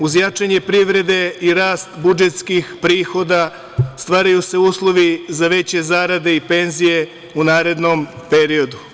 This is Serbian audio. Uz jačanje privrede i rast budžetskih prihoda stvaraju se uslovi za veće zarade i penzije u narednom periodu.